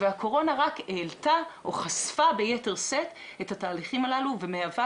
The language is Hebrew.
והקורונה רק העלתה או חשפה ביתר שאת את התהליכים הללו ומהווה,